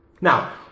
Now